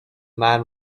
man